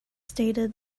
stated